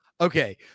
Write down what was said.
Okay